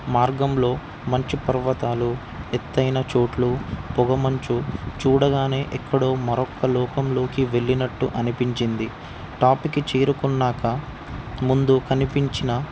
మార్గంలో మంచు పర్వతాలు ఎత్తైన చోట్లు పొగమంచు చూడగానే ఎక్కడో మరొక లోకంలోకి వెళ్ళినట్టు అనిపించింది టాప్కి చేరుకున్నాక ముందు కనిపించిన